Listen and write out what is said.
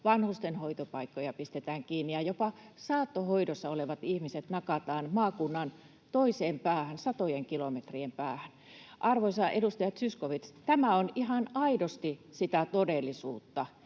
vanhustenhoitopaikkoja pistetään kiinni ja jopa saattohoidossa olevat ihmiset nakataan maakunnan toiseen päähän, satojen kilometrien päähän. Arvoisa edustaja Zyskowicz, tämä on ihan aidosti sitä todellisuutta.